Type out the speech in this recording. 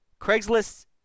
Craigslist